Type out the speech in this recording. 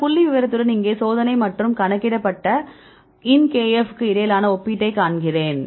இந்த புள்ளிவிவரத்துடன் இங்கே சோதனை மற்றும் கணிக்கப்பட்ட ln kf க்கு இடையிலான ஒப்பீட்டைக் காட்டுகிறேன்